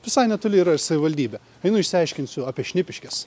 visai netoli yra ir savivaldybė einu išsiaiškinsiu apie šnipiškes